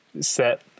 set